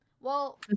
Well-